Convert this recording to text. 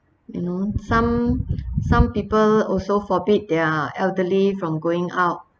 you know some some people also forbid their elderly from going out